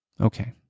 Okay